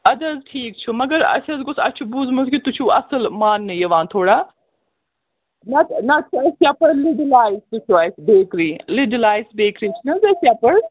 اَدٕ حظ ٹھیٖک چھُ مگر اَسہِ حظ گوٚژھ اَسہِ چھُ بوٗزمُت کہِ تُہۍ چھُو اَصٕل ماننہٕ یِوان تھوڑا نتہٕ نَتہٕ چھُ اَسہِ یَپٲرۍ لِڈِلایز تہِ چھُ اَسہِ بیکری لِڈلایِز بیکری چھِنہٕ حظ اَسہِ یَپٲرۍ